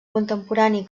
contemporani